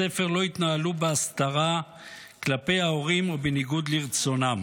שבבתי הספר לא יתנהלו בהסתרה כלפי ההורים או בניגוד לרצונם.